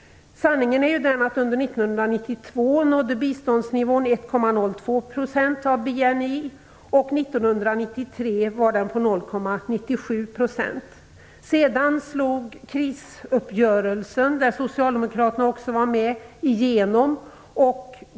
Sanningen är ju att biståndsnivån under 1992 nådde 1,02 % av BNI och 1993 var den 0,97 %. Sedan slog krisuppgörelsen igenom, där också socialdemokraterna deltog.